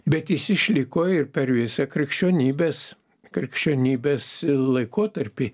bet jis išliko ir per visą krikščionybės krikščionybės laikotarpį